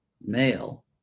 male